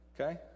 Okay